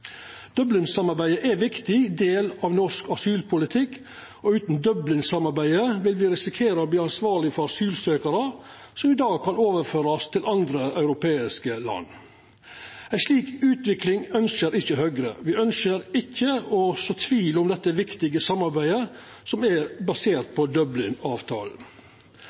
er ein viktig del av norsk asylpolitikk, og utan Dublin-samarbeidet vil me risikera å verta ansvarlege for asylsøkjarar som i dag kan overførast til andre europeiske land. Ei slik utvikling ønskjer ikkje Høgre. Me ønskjer ikkje å så tvil om dette viktige samarbeidet, som er basert på